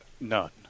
None